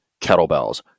Kettlebells